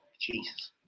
jesus